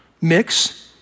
mix